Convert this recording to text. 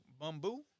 Bamboo